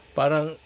parang